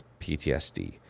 PTSD